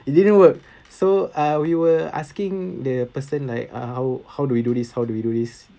it didn't work so uh we were asking the person like uh how how do we do this how do we do this